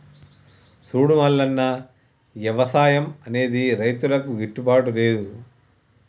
సూడు మల్లన్న, వ్యవసాయం అన్నది రైతులకు గిట్టుబాటు లేదు